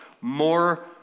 more